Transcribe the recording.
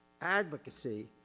advocacy